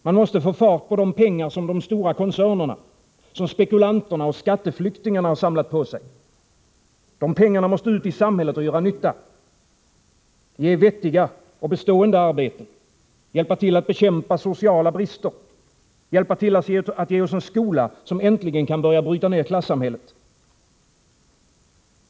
Man måste få fart på de pengar som de stora koncernerna, som spekulanterna och skatteflyktingarna har samlat på sig. Dessa pengar måste ut i samhället och göra nytta, ge vettiga och bestående arbeten, hjälpa till att bekämpa sociala brister, hjälpa till att ge oss en skola som äntligen kan börja bryta ned klassamhället.